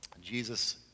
Jesus